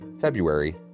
February